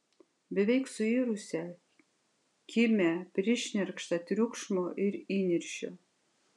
beveik suirusią kimią prišnerkštą triukšmo ir įniršio